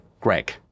greg